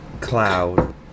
Cloud